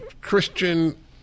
Christian